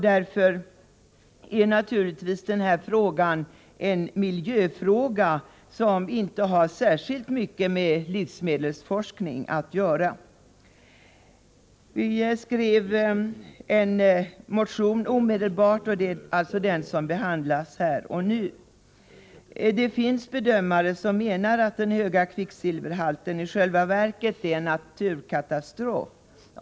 Därför är naturligtvis denna fråga en miljöfråga som inte har särskilt mycket med livsmedelsforskning att göra. Vi skrev omedelbart en motion och det är alltså den som behandlas här och nu. Det finns bedömare som menar att den höga kvicksilverhalten i själva verket är en naturkatastrof.